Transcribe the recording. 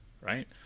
right